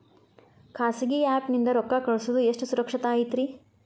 ಖಾಸಗಿ ಆ್ಯಪ್ ನಿಂದ ರೊಕ್ಕ ಕಳ್ಸೋದು ಎಷ್ಟ ಸುರಕ್ಷತಾ ಐತ್ರಿ?